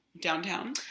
downtown